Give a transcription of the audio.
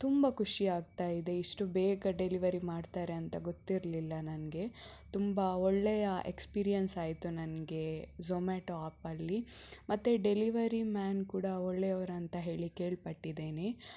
ತುಂಬ ಖುಷಿ ಆಗ್ತಾ ಇದೆ ಇಷ್ಟು ಬೇಗ ಡೆಲಿವರಿ ಮಾಡ್ತಾರೆ ಅಂತ ಗೊತ್ತಿರಲಿಲ್ಲ ನನಗೆ ತುಂಬ ಒಳ್ಳೆಯ ಎಕ್ಸ್ಪೀರಿಯೆನ್ಸ್ ಆಯಿತು ನನಗೆ ಝೊಮ್ಯಾಟೋ ಆಪಲ್ಲಿ ಮತ್ತು ಡೆಲಿವರಿ ಮ್ಯಾನ್ ಕೂಡ ಒಳ್ಳೆಯವ್ರು ಅಂತ ಹೇಳಿ ಕೇಳ್ಪಟ್ಟಿದ್ದೇನೆ